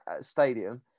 stadium